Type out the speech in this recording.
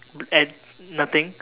at nothing